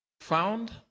found